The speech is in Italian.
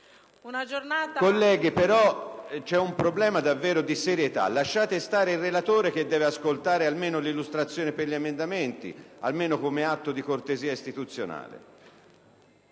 Colleghi, c'è un problema di serietà. Lasciate stare il relatore, che deve ascoltare l'illustrazione degli emendamenti, almeno come atto di cortesia istituzionale.